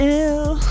ill